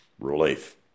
relief